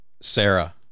Sarah